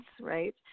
right